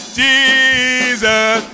jesus